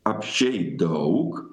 apsčiai daug